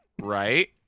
Right